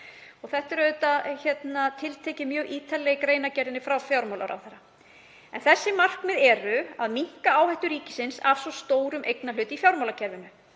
Þau eru tiltekin mjög ítarlega í greinargerðinni frá fjármálaráðherra. Þessi markmið eru að minnka áhættu ríkisins af svo stórum eignarhlut í fjármálakerfinu,